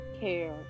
care